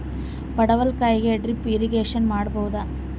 ಪಡವಲಕಾಯಿಗೆ drip irrigation ಮಾಡಬೋದ?